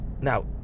Now